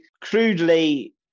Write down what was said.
crudely